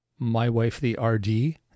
mywifetherd